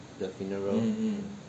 的 funeral